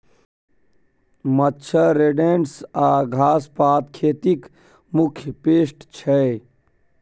मच्छर, रोडेन्ट्स आ घास पात खेतीक मुख्य पेस्ट छै